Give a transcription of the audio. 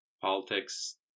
politics